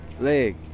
leg